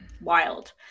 Wild